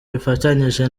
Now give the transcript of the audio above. bifatanyije